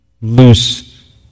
loose